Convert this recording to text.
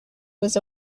was